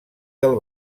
del